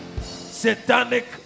Satanic